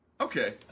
Okay